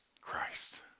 Christ